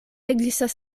ekzistas